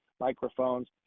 microphones